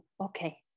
okay